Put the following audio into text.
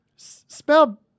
Spell